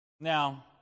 Now